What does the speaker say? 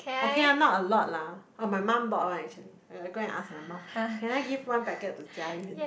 okay I'm not a lot lah oh my mum bought one actually I go ask my mum can I give one packet to Jia-Yun